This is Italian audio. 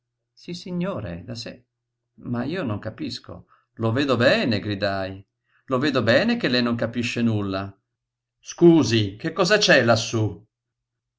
melodista sissignore da sé ma io non capisco lo vedo bene gridai lo vedo bene che lei non capisce nulla scusi che cosa c'è lassú